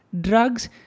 drugs